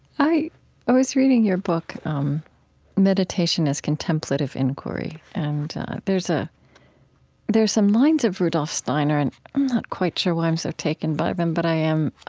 i i was reading your book um meditation as contemplative inquiry, and ah there're some lines of rudolf steiner and i'm not quite sure why i'm so taken by them, but i am.